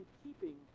keeping